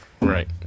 Right